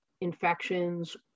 infections